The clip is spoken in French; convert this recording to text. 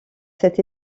cet